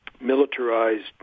militarized